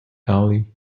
alley